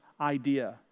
idea